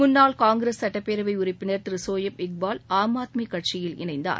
முன்னாள் காங்கிரஸ் சட்டப்பேரவை உறுப்பினர் திரு சோயப் இக்பால் ஆம் ஆத்மி கட்சியில் இணைந்தார்